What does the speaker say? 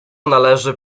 należy